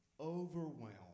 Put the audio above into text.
overwhelmed